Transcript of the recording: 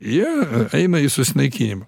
jie eina į susinaikinimą